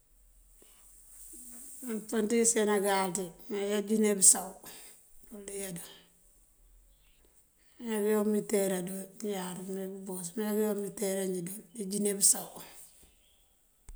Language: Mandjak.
Mampëënţí senegal ţí, manyá jine bësaw; duldi yoduŋ. Manyá këyá umiteera dul; injí yáaţ pëme pëboos. Manyá këyá umiteera injí dul dí jine bësaw.